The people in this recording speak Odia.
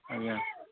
ଆଜ୍ଞା